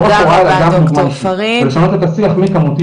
לא רק הוראה אלא גם דוגמא אישית ולשנות את השיח מכמותי